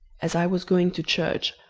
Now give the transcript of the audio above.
as i was going to church,